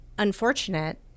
unfortunate